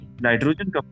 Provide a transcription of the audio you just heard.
Nitrogen